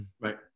Right